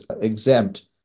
exempt